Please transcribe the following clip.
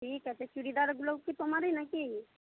ঠিক আছে চুড়িদারগুলোও কি তোমারই না কি